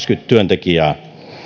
työntekijää